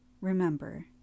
remember